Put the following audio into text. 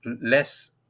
less